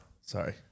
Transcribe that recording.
Sorry